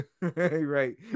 right